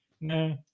No